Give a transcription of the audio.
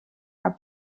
are